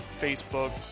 Facebook